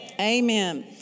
Amen